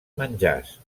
menjars